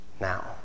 Now